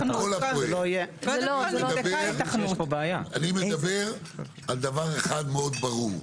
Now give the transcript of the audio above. אני מדבר על דבר אחד מאוד ברור,